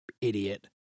idiot